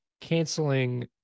canceling